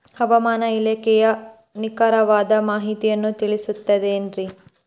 ಹವಮಾನ ಇಲಾಖೆಯ ನಿಖರವಾದ ಮಾಹಿತಿಯನ್ನ ತಿಳಿಸುತ್ತದೆ ಎನ್ರಿ?